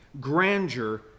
grandeur